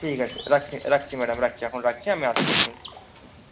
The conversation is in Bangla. ঠিক আছে রাখছি রাখছি ম্যাডাম রাখছি এখন রাখছি আমি আসছি এক্ষুনি